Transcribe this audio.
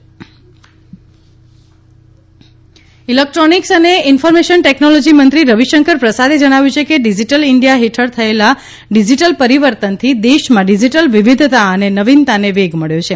Ravishankar Pichai electronics અને information technology મંત્રી રવિશંકર પ્રસાદે જણાવ્યું છે કે ડિજિટલ ઇન્ડિયા હેઠળ થયેલા ડિજિટલ પરિવર્તનથી દેશમાં ડિજિટલ વિવિધતા અને નવીનતાને વેગ મળ્યો છે